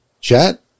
Chat